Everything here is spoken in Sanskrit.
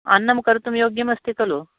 अन्नं कर्तुं योग्यम् अस्ति खलु